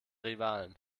rivalen